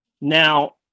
Now